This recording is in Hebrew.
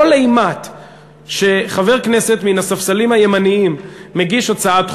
כל אימת שחבר כנסת מהספסלים הימניים מגיש הצעת חוק,